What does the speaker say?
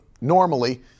normally